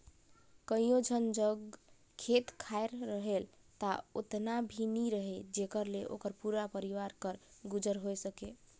कइयो झन जग खेत खाएर रहेल ता ओतना भी नी रहें जेकर ले ओकर पूरा परिवार कर गुजर होए सके